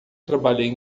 trabalhei